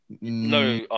No